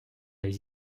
les